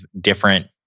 different